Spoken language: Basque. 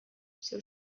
zeu